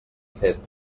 fet